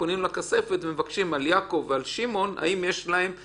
לה על אותו מועמד, או שהיא מעבירה רק